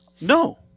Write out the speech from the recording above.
No